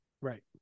Right